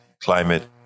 climate